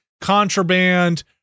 contraband